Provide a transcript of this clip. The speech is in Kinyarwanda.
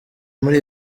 muri